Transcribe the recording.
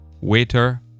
waiter